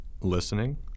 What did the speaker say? Listening